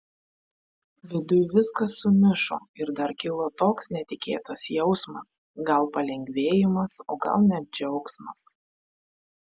viduj viskas sumišo ir dar kilo toks netikėtas jausmas gal palengvėjimas o gal net džiaugsmas